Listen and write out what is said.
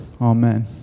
Amen